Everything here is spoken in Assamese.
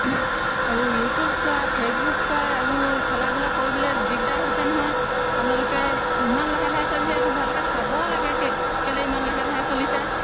এইবোৰ ইউটিউব চোৱা ফেচবুক চোৱা এইবোৰ চলাবলৈ কৰিবলৈ দিগদাৰ হৈছে নহয় আপোনালোকে ইমান লাহে লাহে চলিছে এইটো ভালকৈ চাব লাগে কেলেই ইমান লাহে লাহে চলিছে